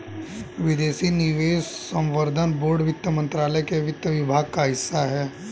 विदेशी निवेश संवर्धन बोर्ड वित्त मंत्रालय के वित्त विभाग का हिस्सा है